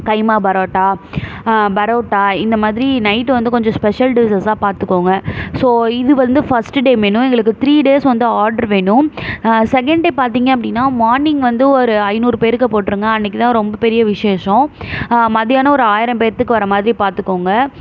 கைமா பரோட்டா பரோட்டா இந்த மாதிரி நைட்டு வந்து கொஞ்சம் ஷ்பெஷல் டிஷ்ஷஸா பார்த்துக்கோங்க ஸோ இது வந்து ஃபஸ்ட்டு டே மெனு எங்களுக்கு த்ரீ டேஸ் வந்து ஆர்ட்ரு வேணும் செகண்ட் டே பார்த்திங்க அப்படின்னா மார்னிங் வந்து ஒரு ஐநூறு பேருக்கு போட்டுருங்க அன்னைக்கி தான் ரொம்ப பெரிய விஷேஷம் மதியானம் ஒரு ஆயிரம் பேர்த்துக்கு வர மாதிரி பார்த்துக்கோங்க